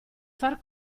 far